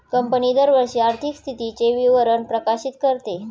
company दरवर्षी आर्थिक स्थितीचे विवरण प्रकाशित करते